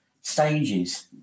stages